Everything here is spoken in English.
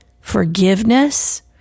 forgiveness